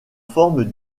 forme